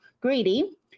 greedy